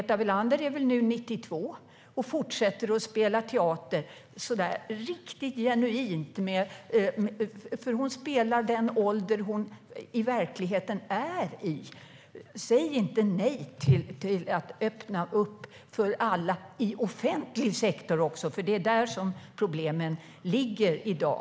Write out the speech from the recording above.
Meta Velander är nu 92 år, och hon fortsätter att spela teater genuint därför att hon spelar den ålder som hon i verkligheten har. Säg inte nej till att öppna upp för alla. Det gäller också offentlig sektor, för det är där som problemen ligger i dag.